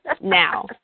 Now